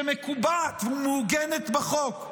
שמקובעת ומעוגנת בחוק,